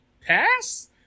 Pass